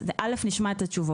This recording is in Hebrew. אז א', נשמע את התשובות.